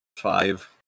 Five